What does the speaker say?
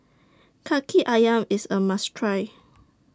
Kaki Ayam IS A must Try